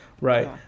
Right